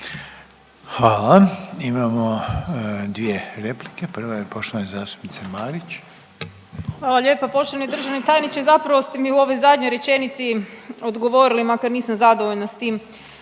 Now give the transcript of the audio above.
Hvala. Imamo dvije replike, prva je poštovane zastupnice Marić. **Marić, Andreja (SDP)** Hvala lijepa. Poštovani državni tajniče, zapravo ste mi u ovoj zadnjoj rečenici odgovorili, makar nisam zadovoljna s tim